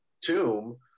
tomb